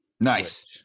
Nice